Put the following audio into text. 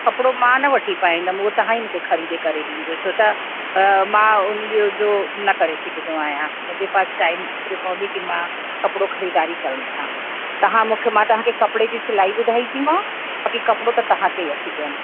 कपिड़ो मां न वठी पाईंदमि हूअ तव्हां ई मूंखे ख़रीद करे ॾिजो छो त मां उन्हीअ जो न करे सघंदो आहियां मुंहिंजे पास टाइम एतिरो कोन्हे की मां कपिड़ो ख़रीदारी करण वञा तव्हां मूंखे मां तव्हांखे कपिड़े जी सिलाई ॿुधाई थी माव बाक़ी कपिड़ो त तव्हांखे वठी ॾियणो